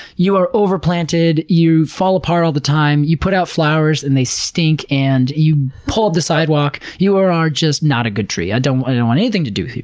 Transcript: you are overplanted, you fall apart all the time, you put out flowers and they stink, and you pull up the sidewalk. you are are just not a good tree, i don't want don't want anything to do with you.